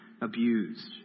abused